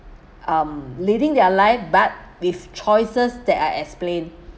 um living their life but with choices that I explain